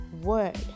word